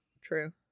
true